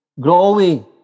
growing